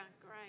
great